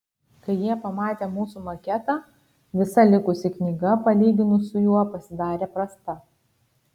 kai jie pamatė mūsų maketą visa likusi knyga palyginus su juo pasidarė prasta